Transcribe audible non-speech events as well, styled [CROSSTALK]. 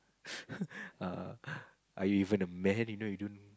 [LAUGHS] are you even a man you know you don't